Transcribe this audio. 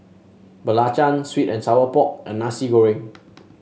belacan sweet and Sour Pork and Nasi Goreng